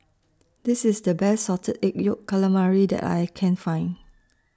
This IS The Best Salted Egg Yolk Calamari that I Can Find